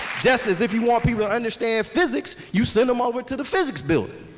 just as if you want people to understand physics, you send them over to the physics building.